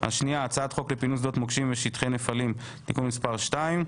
הצעת חוק לפינוי שדות מוקשים ושטחי נפלים (תיקון מס' 2),